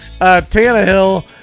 Tannehill